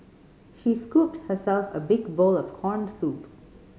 she scooped herself a big bowl of corn soup